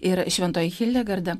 ir šventoji hildegarda